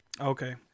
Okay